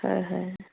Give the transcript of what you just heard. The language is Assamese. হয় হয়